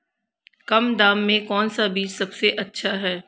कम दाम में कौन सा बीज सबसे अच्छा है?